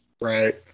right